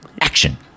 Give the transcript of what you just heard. Action